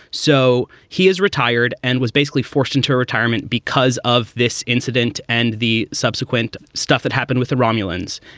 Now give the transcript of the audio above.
so he is retired and was basically forced into retirement because of this incident and the subsequent stuff that happened with the romulans.